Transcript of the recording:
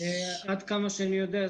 עד כמה שאני יודע,